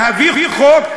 להביא חוק,